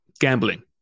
gambling